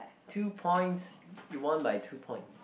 two points you won my two points